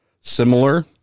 similar